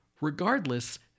Regardless